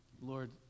lord